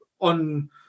on